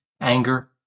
anger